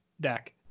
deck